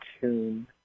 tune